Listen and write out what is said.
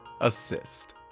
assist